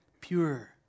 Pure